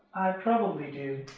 probably do.